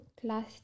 class